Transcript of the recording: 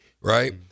right